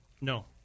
No